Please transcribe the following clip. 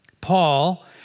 Paul